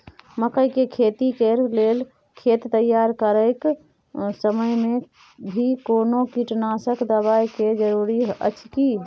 मकई के खेती कैर लेल खेत तैयार करैक समय मे भी कोनो कीटनासक देबै के जरूरी अछि की?